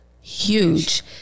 huge